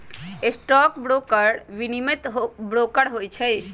stock broker विनियमित broker होइ छइ